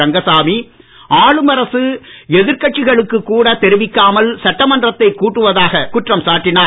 ரங்கசாமி ஆளும் அரசு எதிர்கட்சிகளுக்கு கூட தெரிவிக்காமல் சட்டமன்றத்தை கூட்டுவதாக குற்றம் சாட்டினார்